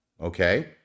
okay